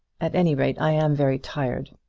at any rate i am very tired.